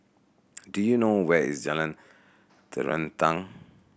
do you know where is Jalan Terentang